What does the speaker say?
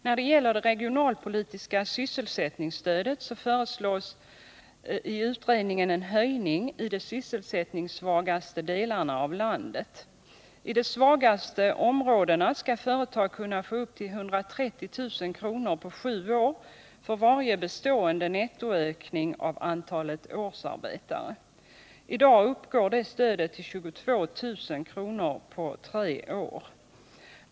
När det gäller det regionalpolitiska sysselsättningsstödet föreslås en höjning i de sysselsättningssvagaste delarna av landet. I de svagaste områdena skall företag kunna få upp till 130 000 kr. på sju år för varje bestående nettoökning av antalet årsarbetare. I dag uppgår det stödet till 22 000 kr. på tre år.